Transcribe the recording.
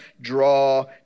draw